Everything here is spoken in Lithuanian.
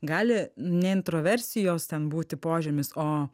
gali ne introversijos ten būti požymis o